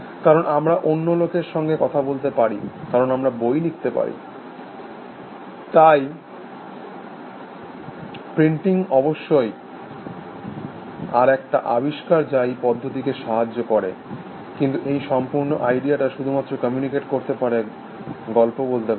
কারণ আমরা অন্য লোকের সঙ্গে কথা বলতে পারি কারণ আমরা বই লিখতে পারি তাই প্রিন্টিং অবশ্যই আর একটা আবিষ্কার যা এই পদ্ধতিকে সাহায্য করে কিন্তু এই সম্পূর্ণ আইডিয়াটা শুধুমাত্র কমিউনিকেট করতে পারে গল্প বলতে পারে